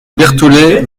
bertholet